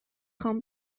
خوام